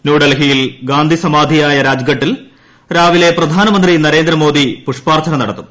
ന്യൂഡൽഹിയിൽ ഗാന്ധി സമാധിയായ രാജ്ഘട്ടിൽ രാവിലെ പ്രധാനമന്ത്രി നരേന്ദ്രമോദി പുഷ്പാർച്ചന നടത്തും